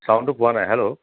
চাউণ্ডটো পোৱা নাই হেল্ল'